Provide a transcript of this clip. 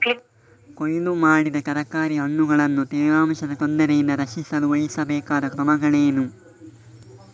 ಕೊಯ್ಲು ಮಾಡಿದ ತರಕಾರಿ ಹಣ್ಣುಗಳನ್ನು ತೇವಾಂಶದ ತೊಂದರೆಯಿಂದ ರಕ್ಷಿಸಲು ವಹಿಸಬೇಕಾದ ಕ್ರಮಗಳೇನು?